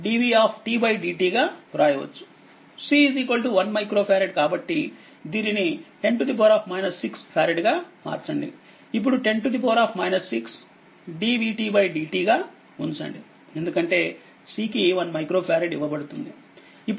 C 1 micro farad కాబట్టిదీనిని10 6 ఫారెడ్గామార్చండి ఇప్పుడు 10 6dvdt గా ఉంచండి ఎందుకంటే C కి 1 మైక్రో ఫారెడ్ ఇవ్వబడుతుంది